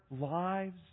lives